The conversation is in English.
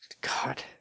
god